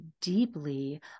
deeply